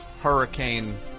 hurricane